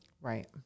Right